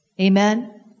amen